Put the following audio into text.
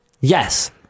yes